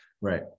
Right